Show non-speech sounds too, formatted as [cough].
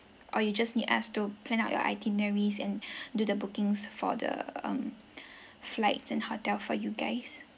or you just need us to plan out your itineraries and [breath] do the bookings for the um [breath] flights and hotel for you guys